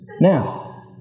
Now